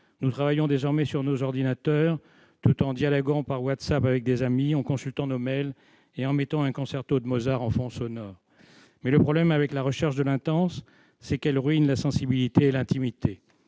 nous travaillons sur nos ordinateurs tout en dialoguant par WhatsApp avec des amis et en consultant nos mails, le tout sur fond d'un concerto de Mozart. Le problème, avec la recherche de l'intense, c'est qu'elle ruine la sensibilité et l'intimité.